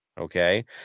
okay